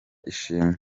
ishimwe